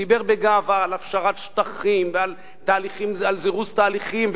בגאווה על הפשרת שטחים ועל זירוז תהליכים.